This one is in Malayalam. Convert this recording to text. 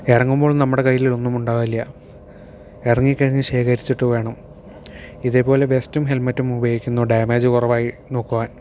ഇറങ്ങുമ്പോൾ നമ്മുടെ കൈയ്യില് ഒന്നുമുണ്ടാവില്ല ഇറങ്ങിക്കഴിഞ്ഞ് ശേഖരിച്ചിട്ട് വേണം ഇതേപോലെ വെസ്റ്റും ഹെൽമെറ്റും ഉപയോഗിക്കുന്നു ഡേമേജ് കുറവായി നോക്കുവാൻ